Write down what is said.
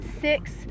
six